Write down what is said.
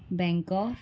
Bangkok